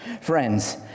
Friends